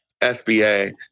SBA